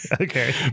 okay